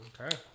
Okay